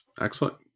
excellent